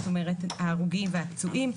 זאת אומרת ההרוגים והפצועים,